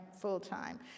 full-time